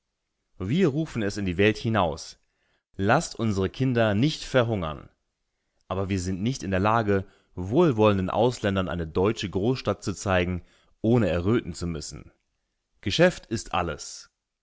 wir rufen es in die welt hinaus laßt unsere kinder nicht verhungern aber wir sind nicht in der lage wohlwollenden ausländern eine deutsche großstadt zu zeigen ohne erröten zu müssen geschäft ist alles